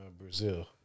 Brazil